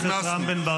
נכנסו לגרמניה,